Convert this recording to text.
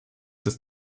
des